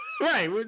right